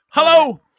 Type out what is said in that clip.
Hello